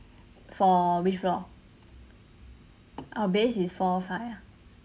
for which floor our base is four five ah